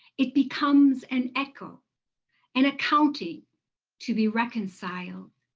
it becomes an echo an accounting to be reconciled.